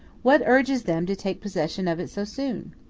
what urges them to take possession of it so soon?